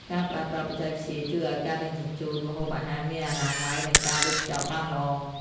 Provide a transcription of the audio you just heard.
ការប្រើប្រាស់បច្ចេកវិទ្យាជួយឱ្យការដឹកជញ្ជូនម្ហូបអាហារមានអនាម័យ និងការវេចខ្ចប់បានល្អ។